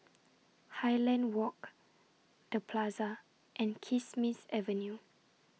Highland Walk The Plaza and Kismis Avenue